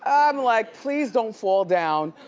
i'm like please don't fall down.